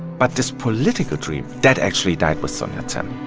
but this political dream that actually died with sun yat-sen